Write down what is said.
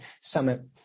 Summit